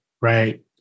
Right